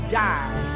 die